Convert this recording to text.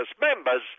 members